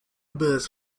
birds